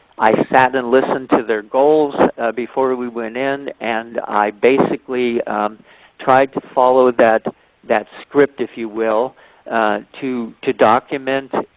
i sat and listened to their goals before we went in, in, and i basically tried to follow that that script if you will to to document